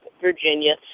Virginia